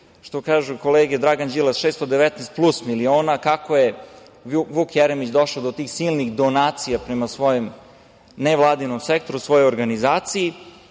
što kažu kolege Dragan Đilas 619 plus miliona, kako je Vuk Jeremić došao do tih silnih donacija prema svojem nevladinom sektoru, svojoj organizaciji